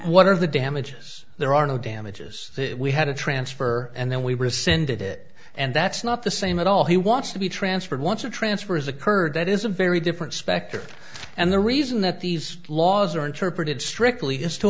what are the damages there are no damages that we had to transfer and then we rescinded it and that's not the same at all he wants to be transferred once a transfer is occurred that is a very different specter and the reason that these laws are interpreted strictly just to